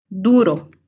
Duro